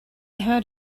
heard